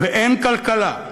ואין כלכלה,